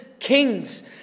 Kings